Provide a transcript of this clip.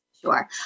Sure